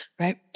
right